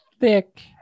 thick